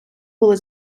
були